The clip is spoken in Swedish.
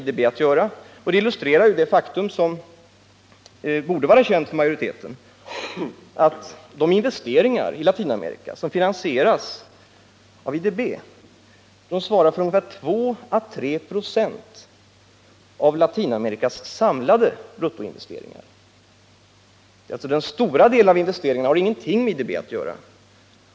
Det illustrerar det faktum — vilket borde vara känt för majoriteten — att de investeringar i Latinamerika som finansieras av IDB svarar för ungefär 2 å 3 96 av Latinamerikas samlade bruttoinvesteringar. Den stora delen av investeringarna har alltså ingenting med IDB att göra.